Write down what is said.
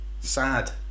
sad